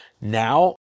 now